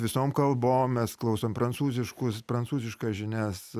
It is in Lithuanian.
visom kalbom mes klausom prancūziškus prancūziškas žinias